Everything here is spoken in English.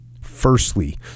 Firstly